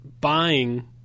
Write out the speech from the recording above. buying